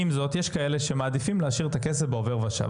עם זאת יש כאלה שמעדיפים להשאיר את הכסף בעובר ושב,